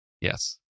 Yes